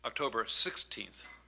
october sixteenth.